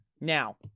now